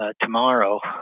tomorrow